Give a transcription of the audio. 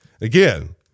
again